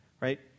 right